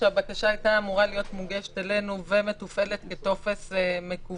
כשהבקשה הייתה אמורה להיות מוגשת אלינו ומתופעלת בטופס מקוון,